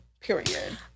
Period